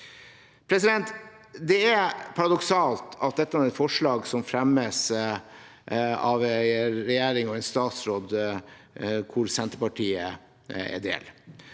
asylsøkere. Det er paradoksalt at dette er et forslag som fremmes av en regjering og en statsråd hvor Senterpartiet er med.